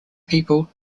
people